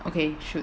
okay